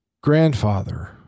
grandfather